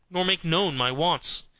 nor make known my wants.